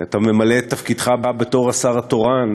אתה ממלא את תפקידך בתור השר התורן,